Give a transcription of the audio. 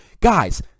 guys